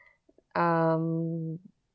um